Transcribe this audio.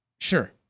Sure